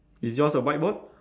is yours a white board